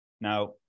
Now